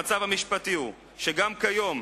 המצב המשפטי הוא שגם כיום,